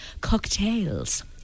cocktails